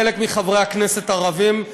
חלק מחברי הכנסת הערבים,